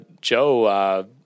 Joe